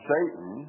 Satan